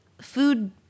food